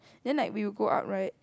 then like we would go up right